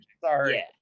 Sorry